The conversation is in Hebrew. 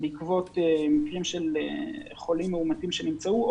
בעקבות מקרים של חולים מאומתים שנמצאו,